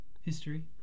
history